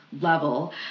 level